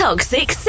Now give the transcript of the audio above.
Toxic